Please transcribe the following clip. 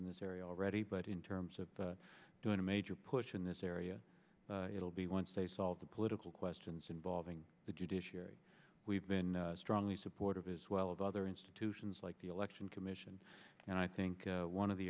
in this area already but in terms of doing a major push in this area it will be once they solve the political questions involving the judiciary we've been strongly supportive as well of other institutions like the election commission and i think one of the